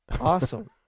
Awesome